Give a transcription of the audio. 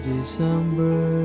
December